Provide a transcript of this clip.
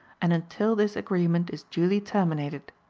and until this agreement is duly terminated.